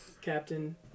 captain